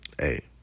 hey